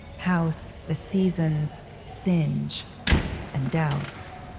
house the seasons singe and douse.